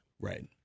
Right